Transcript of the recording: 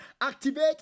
activate